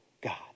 God